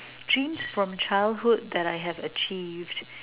dreams from childhood that I have achieved